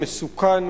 מסוכן,